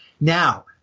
Now